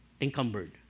encumbered